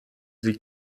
sie